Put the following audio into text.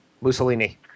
Mussolini